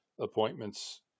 appointments